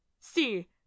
See